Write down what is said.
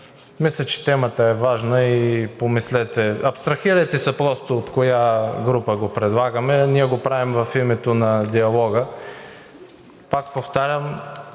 мисля, че темата е важна – помислете. Абстрахирайте се просто от коя група го предлагаме. Ние го правим в името на диалога. Повтарям,